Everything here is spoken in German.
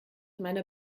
meiner